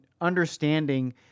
understanding